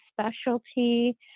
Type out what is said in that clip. specialty